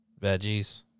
veggies